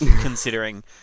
considering